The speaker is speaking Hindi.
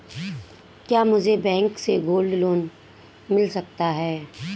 क्या मुझे बैंक से गोल्ड लोंन मिल सकता है?